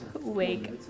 Wake